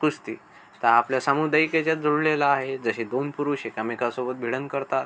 कुस्ती तर आपल्या सामुदायिक ह्याच्यात जुळलेला आहे जसे दोन पुरुष एकामेकासोबत भिडन करतात